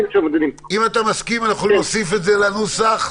אם אתה מסכים נוכל להוסיף לנוסח.